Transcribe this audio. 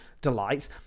delights